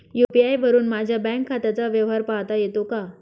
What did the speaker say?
UPI वरुन माझ्या bank खात्याचा व्यवहार पाहता येतो का?